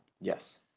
Yes